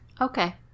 Okay